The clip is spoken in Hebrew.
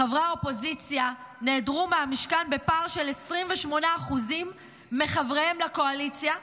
חברי האופוזיציה נעדרו מהמשכן בפער של 28% מחבריהם לקואליציה,